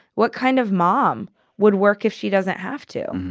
what kind of mom would work if she doesn't have to?